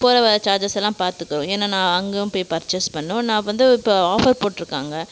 போகிற வர சார்ஜஸ் எல்லாம் பார்த்துக்குவேன் ஏனால் நான் அங்கேயும் போய் பர்ச்சேஸ் பண்ணணும் நான் வந்து இப்போ ஆஃபர் போட்டிருக்காங்க